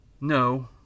No